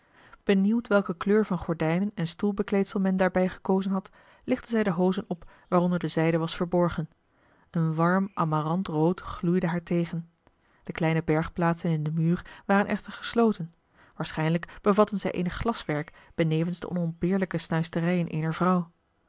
benieuwd welke kleur van gordijnen en stoelbekleedsel men daarbij gekozen had lichtte zij de marcellus emants een drietal novellen hozen op waaronder de zijde was verborgen een warm amarant rood gloeide haar tegen de kleine bergplaatsen in den muur waren echter gesloten waarschijnlijk bevatten zij eenig glaswerk benevens de onontbeerlijke snuisterijen eener vrouw